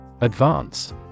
Advance